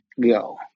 go